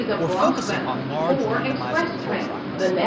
or focusing on large, randomized, controlled trials.